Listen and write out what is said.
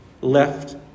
left